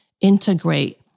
integrate